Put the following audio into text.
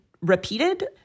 repeated